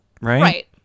Right